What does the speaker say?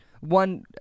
One